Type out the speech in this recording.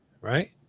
right